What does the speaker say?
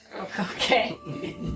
Okay